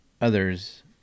others